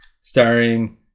starring